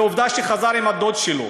ועובדה שהוא חזר עם הדוד שלו.